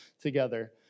together